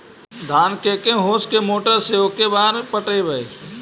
धान के के होंस के मोटर से औ के बार पटइबै?